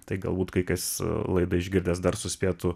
tai galbūt kai kas laidą išgirdęs dar suspėtų